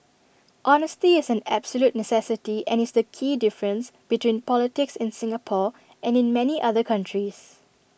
honesty is an absolute necessity and is the key difference between politics in Singapore and in many other countries